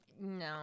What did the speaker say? No